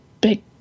big